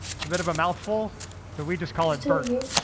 it's a bit of a mouthful, so we just call it bert.